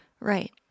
Right